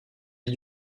est